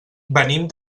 venim